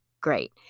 Great